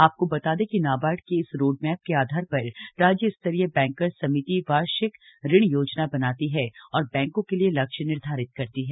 आपको बता दें कि नाबार्ड के इस रोडमैप के आधार पर राज्य स्तरीय बैंकर्स समिति वार्षिक ऋण योजना बनाती है और बैंकों के लिए लक्ष्य निर्धारित करती है